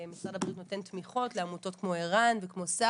משרד הבריאות נותן תמיכות לעמותות כמו ערן וכמו ..